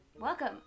Welcome